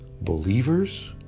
believers